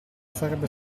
sarebbe